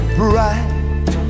bright